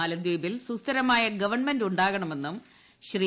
മാലദീപിൽ സുസ്ഥിരമായ ഗവൺമെന്റ് ഉണ്ടാവണമെന്ന് ശ്രീ